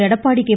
Edappadi K